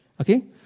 Okay